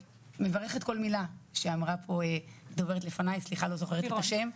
מברכת כל מילה שאמרה פה הדוברת לפני סליחה לא זוכרת את השם,